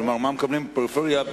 כלומר, מה מקבלים בפריפריה,